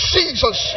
Jesus